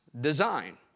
design